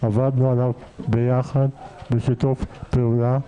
עבדנו עליו בשיתוף פעולה.